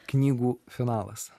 knygų finalas